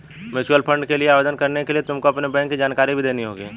mutual fund के लिए आवेदन करने के लिए तुमको अपनी बैंक की जानकारी भी देनी होगी